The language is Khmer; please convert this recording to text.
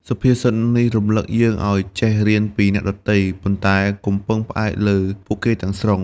សុភាសិតនេះរំលឹកយើងឲ្យចេះរៀនពីអ្នកដទៃ ប៉ុន្តែកុំពឹងផ្អែកលើពួកគេទាំងស្រុង។